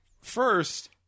First